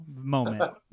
moment